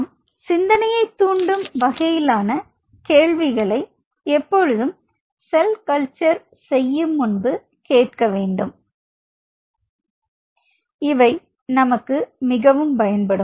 நாம் சிந்தனையைத் தூண்டும் வகையிலான கேள்விகளை எப்பொழுதும் செல் கல்ச்சர் செய்யும் முன்பு கேட்க வேண்டும் இவை நமக்கு மிகவும் பயன்படும்